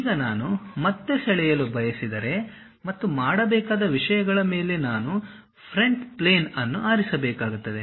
ಈಗ ನಾನು ಮತ್ತೆ ಸೆಳೆಯಲು ಬಯಸಿದರೆ ಮತ್ತು ಮಾಡಬೇಕಾದ ವಿಷಯಗಳ ಮೇಲೆ ನಾನು ಫ್ರಂಟ್ ಪ್ಲೇನ್ ಅನ್ನು ಆರಿಸಬೇಕಾಗುತ್ತದೆ